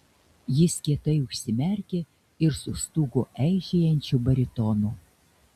jis kietai užsimerkė ir sustūgo eižėjančiu baritonu